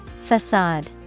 Facade